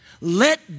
Let